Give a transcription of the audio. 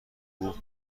بوق